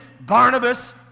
Barnabas